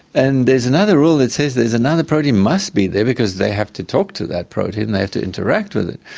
and there's another rule that says there's another protein must be there because they have to talk to that protein, they have to interact with it.